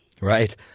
right